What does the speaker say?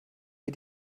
mir